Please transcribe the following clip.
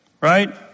right